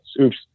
Oops